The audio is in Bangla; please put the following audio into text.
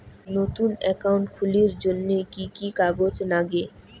নতুন একাউন্ট খুলির জন্যে কি কি কাগজ নাগে?